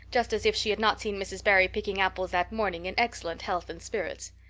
just as if she had not seen mrs. barry picking apples that morning in excellent health and spirits.